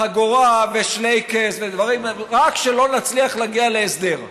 חגורה ושלייקס ודברים, רק שלא נצליח להגיע להסדר.